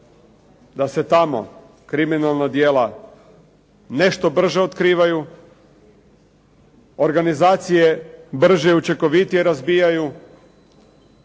da se tamo kriminalna djela nešto brže otkrivaju, organizacije brže i učinkovitije razbijaju,